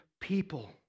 people